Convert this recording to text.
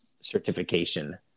certification